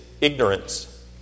ignorance